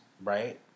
right